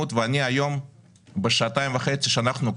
אז המס יהיה אפילו יותר מאשר שקל.